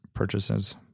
Purchases